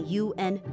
un，